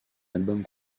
album